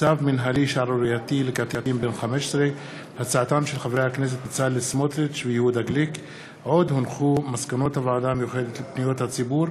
צו מינהלי שערורייתי לקטין בן 15. מסקנות הוועדה המיוחדת לפניות הציבור